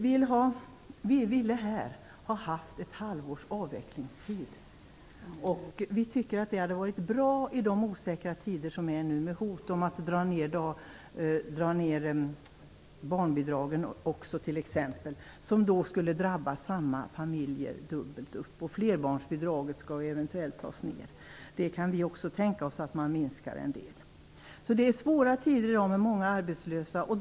Vi ville här ha haft ett halvårs avvecklingstid. Vi tycker att det hade varit bra i de osäkra tider som nu är - med hot om neddragningar också av barnbidragen t.ex. Sammma familjer skulle ju drabbas dubbelt upp. Flerbarnsbidraget skall ju också eventuellt minskas. Det kan också vi tänka oss att minska en del. Det är i dag svåra tider, som sagt, med många arbetslösa.